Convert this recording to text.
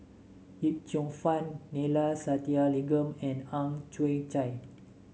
Yip Cheong Fun Neila Sathyalingam and Ang Chwee Chai